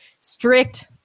strict